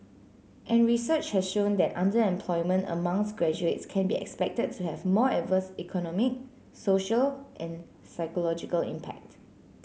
and research has shown that underemployment amongst graduates can be expected to have more adverse economic social and psychological impact